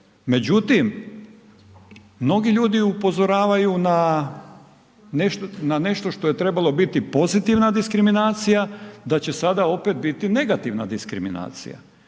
međutim, mnogi ljudi upozoravaju na nešto što je trebalo biti pozitivna diskriminacija, da će sada opet biti negativna diskriminacija,